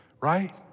right